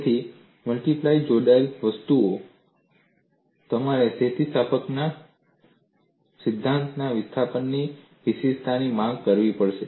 તેથી મલ્ટીપ્લાય જોડાયેલી વસ્તુઓમાં તમારે સ્થિતિસ્થાપકતાના સિદ્ધાંતમાં વિસ્થાપનની વિશિષ્ટતાની માંગ કરવી પડશે